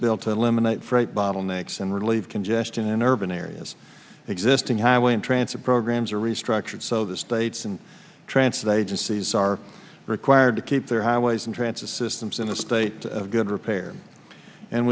bill to eliminate freight bottlenecks and relieve congestion in urban areas existing highway and transit programs are restructured so the states and transferred agencies are required to keep their highways and transit systems in a state of good repair and